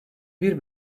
bir